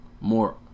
more